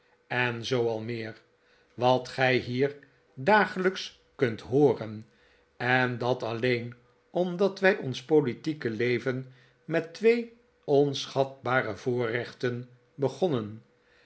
en zoo al meer wat gij hier dagelijks kunt hooren en dat alleen omdat wij ons politieke leven met twee onschatbare voorrechten begonnem